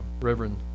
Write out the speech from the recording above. Reverend